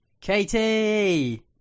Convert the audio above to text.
Katie